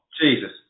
Jesus